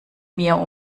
mir